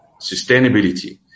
sustainability